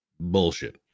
Bullshit